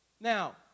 Now